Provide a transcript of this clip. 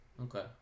okay